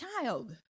child